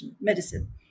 Medicine